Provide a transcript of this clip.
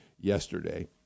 yesterday